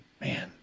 man